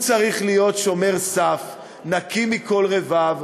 הוא צריך להיות שומר סף נקי מכל רבב,